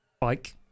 bike